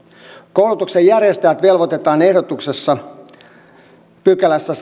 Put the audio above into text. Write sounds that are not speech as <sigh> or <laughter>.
koulutuksen järjestäjät velvoitetaan ehdotuksen sadannessakahdennessakymmenennessäneljännessä pykälässä <unintelligible>